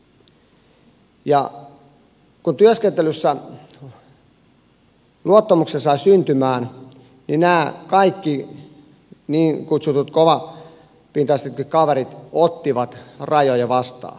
kun työskentelyssä luottamuksen sai syntymään niin nämä kaikki niin kutsutut kovapintaisetkin kaverit ottivat rajoja vastaan